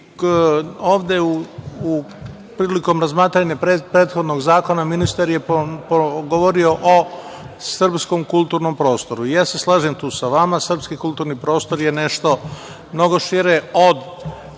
spasi. Prilikom razmatranja prethodnog zakona, ministar je govorio o srpskom kulturnom prostoru. Ja se slažem tu sa vama. Srpski kulturni prostor je nešto mnogo šire od